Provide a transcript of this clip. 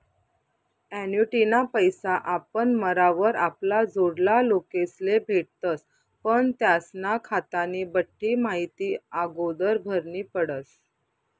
ॲन्युटीना पैसा आपण मरावर आपला जोडला लोकेस्ले भेटतस पण त्यास्ना खातानी बठ्ठी माहिती आगोदर भरनी पडस